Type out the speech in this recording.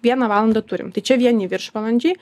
vieną valandą turim tai čia vieni viršvalandžiai